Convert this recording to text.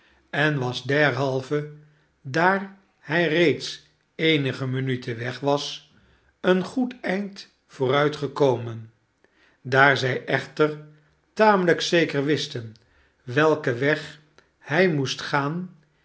en was derhalve daar hij reeds eenige minuten weg was een goed eind vooruitgekomen daar zij echter tamelijk zeker wisten welken weg hij moest gaan